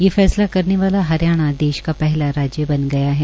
ये फैसला करने वाला हरियाणा देश का पहला राज्य बन गया है